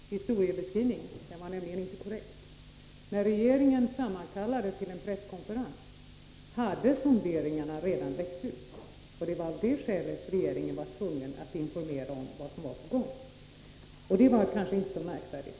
Herr talman! Jag vill bara rätta Pär Granstedts historiebeskrivning. Den var nämligen inte korrekt. När regeringen sammankallade till en presskonferens, hade sonderingarna redan läckt ut. Det var av det skälet som regeringen var tvungen att informera om vad som var på gång. Det var kanske inte så märkvärdigt.